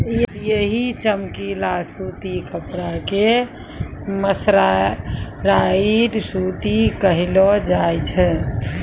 यही चमकीला सूती कपड़ा कॅ मर्सराइज्ड सूती कहलो जाय छै